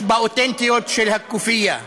באותנטיות של ה"כופיה".